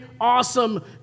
awesome